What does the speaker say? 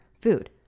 food